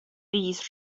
these